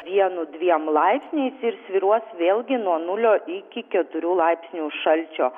vienu dviem laipsniais ir svyruos vėlgi nuo nulio iki keturių laipsnių šalčio